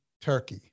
turkey